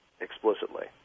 explicitly